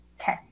Okay